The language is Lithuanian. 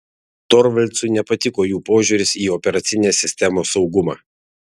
torvaldsui nepatiko jų požiūris į operacinės sistemos saugumą